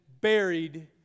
buried